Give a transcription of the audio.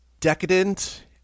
decadent